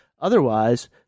otherwise